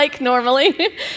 normally